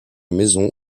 maison